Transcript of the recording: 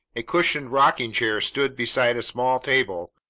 a cushioned rocking-chair stood beside a small table,